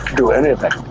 do any of that,